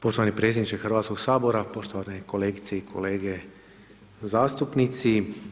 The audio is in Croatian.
Poštovani predsjedniče Hrvatskoga sabora, poštovane kolegice i kolege zastupnici.